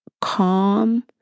calm